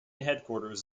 headquarters